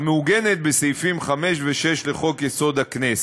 המעוגנת בסעיפים 5 ו-6 לחוק-יסוד: הכנסת.